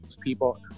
people